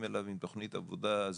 אם באים אליו עם תוכנית עבודה סדורה.